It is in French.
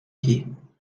pieds